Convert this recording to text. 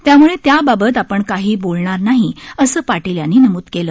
त्यामुळे त्याबाबत आपण काही बोलणार नाही असं पाटील यांनी नमूद केलं